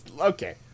Okay